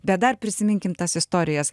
bet dar prisiminkim tas istorijas